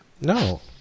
no